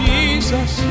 Jesus